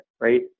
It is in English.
right